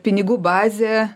pinigų bazę